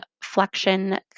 flexion